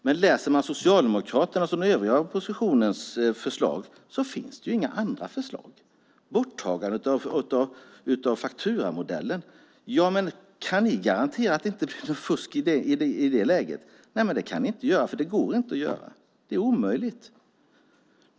Men läser man Socialdemokraternas och den övriga oppositionens förslag ser man att det inte finns några andra förslag. Borttagandet av fakturamodellen talas det om. Ja, men kan ni garantera att det inte bli något fusk i det läget? Nej, det kan ni inte göra, för det går inte att göra. Det är omöjligt.